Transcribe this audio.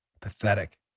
Pathetic